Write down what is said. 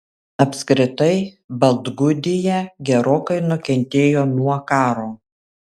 apskritai baltgudija gerokai nukentėjo nuo karo